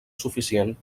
suficient